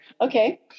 Okay